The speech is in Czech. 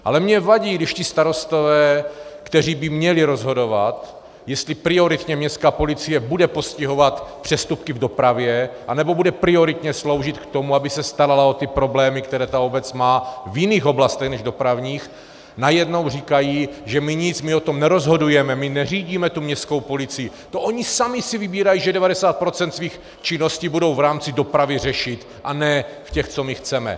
Ale mně vadí, když ti starostové, kteří by měli rozhodovat, jestli prioritně městská policie bude postihovat přestupky v dopravě, anebo bude prioritně sloužit k tomu, aby se starala o ty problémy, které ta obec má v jiných oblastech než dopravní, najednou říkají my nic, my nerozhodujeme, my neřídíme tu městskou policii, to oni sami si vybírají, že 90 % svých činností budou v rámci dopravy řešit, a ne těch, co my chceme.